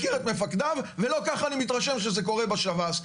מכיר את מפקדיו ולא ככה אני מתרשם שזה קורה בשב"ס,